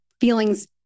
feelings